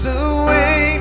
away